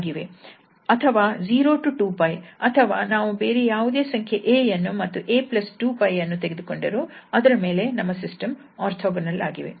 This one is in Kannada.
ಅಥವಾ 0 2𝜋 ಅಥವಾ ನಾವು ಬೇರೆ ಯಾವುದೇ ಸಂಖ್ಯೆ 𝑎 ಯನ್ನು ಮತ್ತು 𝑎 2𝜋 ಅನ್ನು ತೆಗೆದುಕೊಂಡರೂ ಕೂಡ ಅದರ ಮೇಲೆ ನಮ್ಮ ಸಿಸ್ಟಮ್ ಓರ್ಥೋಗೊನಲ್ ಆಗಿವೆ